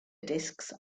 discs